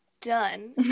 done